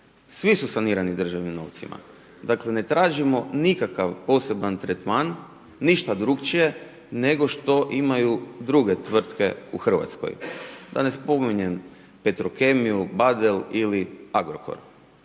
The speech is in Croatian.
svi su sanirani državnim novcima. Dakle ne tražimo nikakav poseban tretman, ništa drukčije nego što imaju druge tvrtke u Hrvatskoj. Da ne spominjem Petrokemiju, Badel ili Agrokor.